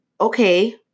okay